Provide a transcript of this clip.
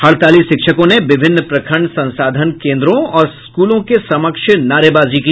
हड़ताली शिक्षकों ने विभिन्न प्रखंड संसाधन केन्द्रों और स्कूलों के समक्ष नारेबाजी की